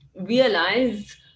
realize